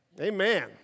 Amen